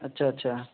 اچھا اچھا